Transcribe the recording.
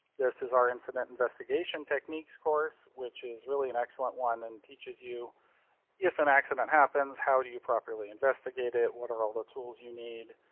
this is our incident investigation techniques course, which is really an excellent one and teaches you if an accident happens how do you properly investigate it. what are all the tools you need?